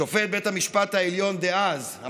שופט בית המשפט העליון דאז: